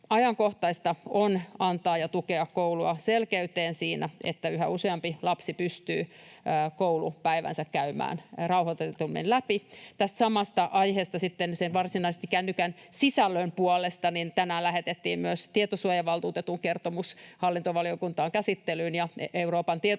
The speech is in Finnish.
ajankohtaista tukea koulua selkeyteen siinä, että yhä useampi lapsi pystyy koulupäivänsä käymään rauhoitetummin läpi. Tästä samasta aiheesta — varsinaisesti sen kännykän sisällön puolesta sitten — tänään lähetettiin myös tietosuojavaltuutetun kertomus hallintovaliokuntaan käsittelyyn. Euroopan tietosuojavaltuutetun